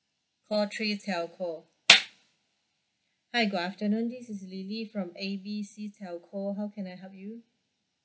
call three telco hi good afternoon this is lily from A B C telco how can I help you